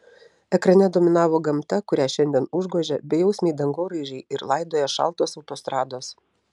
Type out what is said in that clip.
ekrane dominavo gamta kurią šiandien užgožia bejausmiai dangoraižiai ir laidoja šaltos autostrados